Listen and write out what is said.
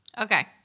Okay